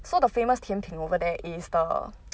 so the famous 甜品 over there is the